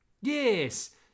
Yes